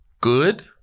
good